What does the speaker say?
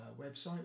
website